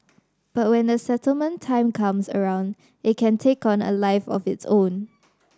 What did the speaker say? but when the settlement time comes around it can take on a life of its own